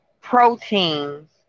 proteins